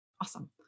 Awesome